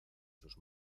sus